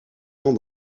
ans